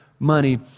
Money